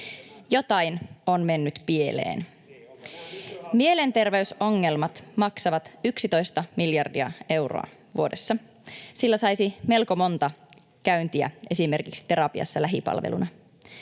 Zyskowiczin välihuuto] Mielenterveysongelmat maksavat 11 miljardia euroa vuodessa. Sillä saisi melko monta käyntiä esimerkiksi terapiassa lähipalveluna.